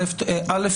א',